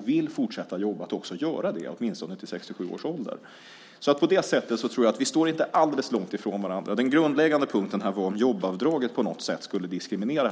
vill fortsätta att jobba att göra det, åtminstone till 67 års ålder. På det sättet tror jag att vi inte står alltför långt ifrån varandra. Den grundläggande frågan var om jobbavdraget på något sätt skulle diskriminera här.